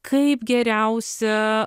kaip geriausia